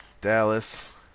Dallas